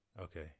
Okay